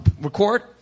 record